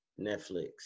Netflix